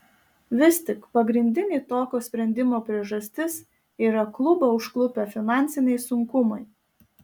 vis tik pagrindinė tokio sprendimo priežastis yra klubą užklupę finansiniai sunkumai